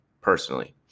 personally